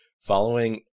Following